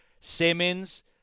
Simmons